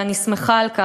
ואני שמחה על כך,